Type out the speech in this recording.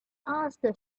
asked